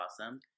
awesome